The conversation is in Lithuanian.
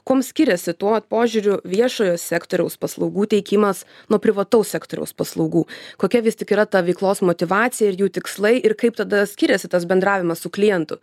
kuom skiriasi tuo požiūriu viešojo sektoriaus paslaugų teikimas nuo privataus sektoriaus paslaugų kokia vis tik yra ta veiklos motyvacija ir jų tikslai ir kaip tada skiriasi tas bendravimas su klientu